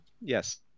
Yes